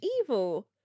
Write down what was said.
evil